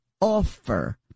offer